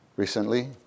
Recently